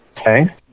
Okay